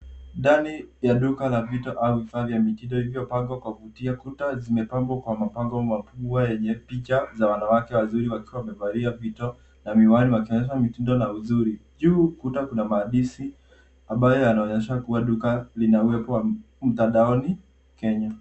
Ndani ya duka la vito au vifaa vya mitindo vilivyopangwa kwa kuvutia. Kuta zimepangwa kwa mapambo makubwa yenye picha za wanawake wazuri wakiwa wamevalia vito na miwani wakionyesha mitindo na uzuri. Juu ya ukuta kuna maandishi ambayo yanaonyesha kuwa duka lina uwepo wa mtandaoni, Kenya.